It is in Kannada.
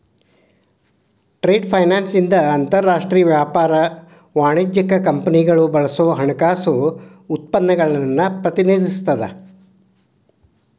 ಟ್ರೇಡ್ ಫೈನಾನ್ಸ್ ಇಂದ ಅಂತರಾಷ್ಟ್ರೇಯ ವ್ಯಾಪಾರ ವಾಣಿಜ್ಯಕ್ಕ ಕಂಪನಿಗಳು ಬಳಸೋ ಹಣಕಾಸು ಉತ್ಪನ್ನಗಳನ್ನ ಪ್ರತಿನಿಧಿಸುತ್ತ